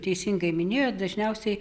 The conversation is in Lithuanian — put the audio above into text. teisingai minėjot dažniausiai